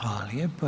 Hvala lijepo.